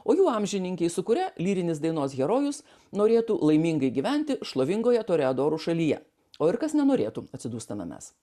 o jų amžininkai sukuria lyrinis dainos herojus norėtų laimingai gyventi šlovingoje toreadorų šalyje o ir kas nenorėtų atsidūstame mes